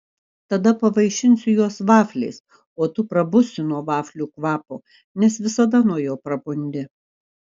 tada pavaišinsiu juos vafliais o tu prabusi nuo vaflių kvapo nes visada nuo jo prabundi